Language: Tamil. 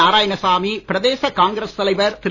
நாராயணசாமி பிரதேச காங்கிரஸ் தலைவர் திரு